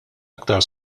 aktar